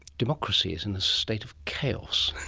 democracy is in a state of chaos.